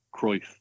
Cruyff